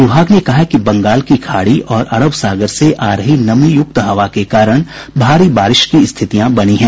विभाग ने कहा है कि बंगाल की खाड़ी और अरब सागर से आ रही नमीयुक्त हवा के कारण भारी बारिश की स्थितियां बनी हैं